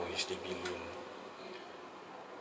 H_D_B loan ah